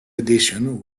edition